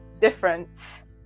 difference